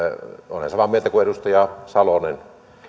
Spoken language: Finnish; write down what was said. olen samaa mieltä kuin edustaja salonen